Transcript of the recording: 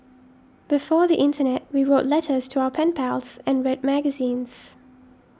before the internet we wrote letters to our pen pals and read magazines